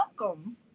Welcome